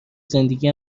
زندگی